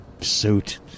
suit